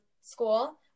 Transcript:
school